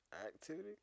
activity